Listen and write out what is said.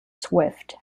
swift